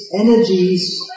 Energies